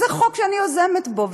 וזה חוק שאני יוזמת בו,